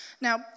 Now